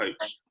coach